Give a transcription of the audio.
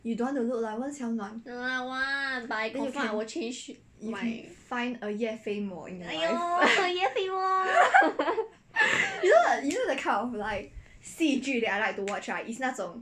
err I want but I confirm I will change my !aiyo! 叶非墨